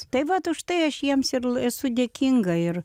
tai vat užtai aš jiems ir esu dėkinga ir